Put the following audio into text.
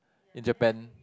in Japan